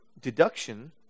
deduction